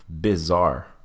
bizarre